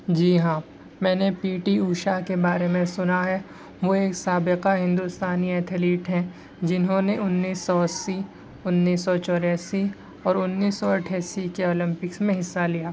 جی ہاں میں نے پی ٹی اوشا کے بارے میں سنا ہے وہ ایک سابقہ ہندوستانی ایتھلیٹ ہیں جنہوں نے انیس سو اسی انیس سو چوراسی اور انیس سو اٹھاسی کے اولمپکس میں حصہ لیا